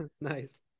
Nice